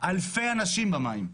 אלפי אנשים במים.